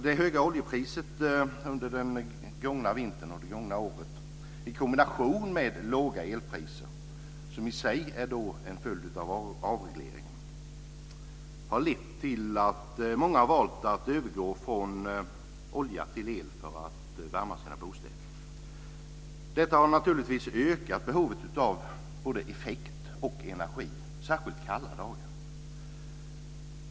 Det höga oljepriset under den gångna vintern och det gångna året i kombination med låga elpriser, som i sig är en följd av avregleringen, har lett till att många har valt att övergå från olja till el för att värma sina bostäder. Detta har naturligtvis ökat behovet av både effekt och energi, särskilt kalla dagar.